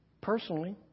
Personally